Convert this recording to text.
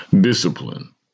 Discipline